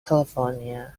california